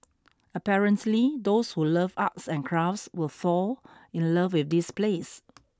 apparently those who love arts and crafts will fall in love with this place